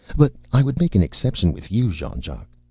but i would make an exception with you, jean-jacques.